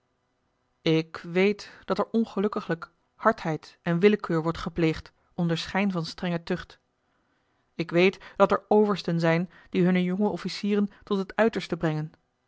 ik weet dat er ongelukkiglijk hardheid en willekeur wordt gepleegd onder schijn van strenge tucht ik weet dat er oversten zijn die hunne jonge officieren tot het uiterste brengen